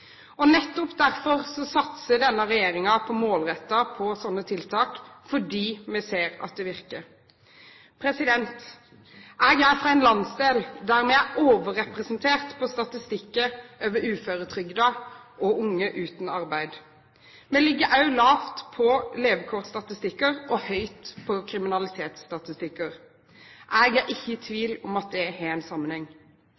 Nettopp derfor satser denne regjeringen målrettet på slike tiltak – fordi vi ser at det virker. Jeg er fra en landsdel som er overrepresentert på statistikker over uføretrygdede og unge uten arbeid. Vi ligger også lavt på levekårsstatistikker og høyt på kriminalitetsstatistikker. Jeg er ikke i